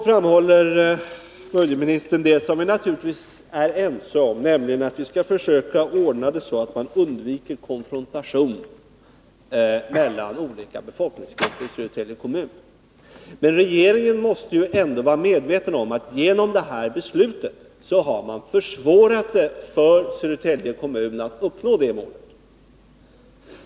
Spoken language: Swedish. Budgetministern framhåller det som vi naturligtvis är ense om, att vi skall försöka ordna det så att konfrontation undviks mellan olika befolkningsgrupper i Södertälje kommun. Men regeringen måste vara medveten om att man genom det här beslutet har försvårat för Södertälje kommun att nå det målet.